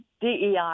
DEI